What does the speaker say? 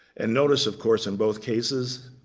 and notice, of course, in both cases,